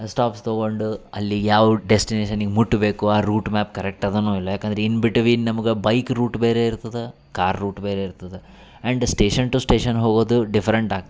stops ತಗೊಂಡು ಅಲ್ಲಿ ಯಾವ ಡೆಸ್ಟಿನೇಶನಿಗೆ ಮುಟ್ಬೇಕು ಆ ರೂಟ್ ಮ್ಯಾಪ್ ಕರೆಕ್ಟ್ ಅದನೊ ಇಲ್ಲ ಯಾಕಂದ್ರ ಇನ್ಬಿಟ್ವೀನ್ ನಮಗೆ ಬೈಕ್ ರೂಟ್ ಬೇರೆ ಇರ್ತದೆ ಕಾರ್ ರೂಟ್ ಬೇರೆ ಇರ್ತದೆ ಆ್ಯಂಡ್ ಸ್ಟೇಷನ್ ಟು ಸ್ಟೇಷನ್ ಹೋಗೋದು ಡಿಫರೆಂಟ್ ಆಗ್ತದೆ